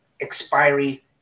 expiry